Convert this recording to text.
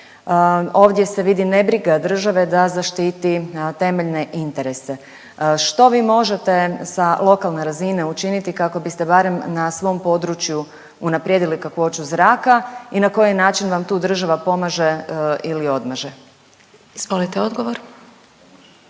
Ovdje se vidi nebriga države da zaštiti temeljne interese. Što vi možete sa lokalne razine učiniti kako biste barem na svom području unaprijedili kakvoću zraka i na koji način vam tu država pomaže ili odmaže? **Glasovac,